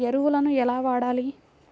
ఎరువులను ఎలా వాడాలి?